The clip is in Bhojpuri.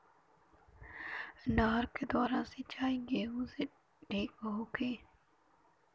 नहर के द्वारा सिंचाई गेहूँ के ठीक होखि?